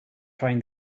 trying